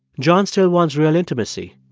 john still wants real intimacy.